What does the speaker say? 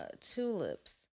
tulips